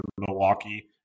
Milwaukee